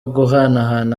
guhanahana